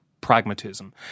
pragmatism